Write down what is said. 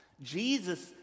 Jesus